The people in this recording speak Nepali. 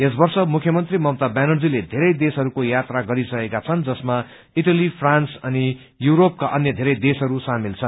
यस वर्ष मुख्य मंत्री व्यानर्जीले धोरै देशहरूको यात्रा गरिसकेका छन् जसमा इटली फ्रान्स अनि यूरोपका अन्या धेरै देशहरू सामेल छन्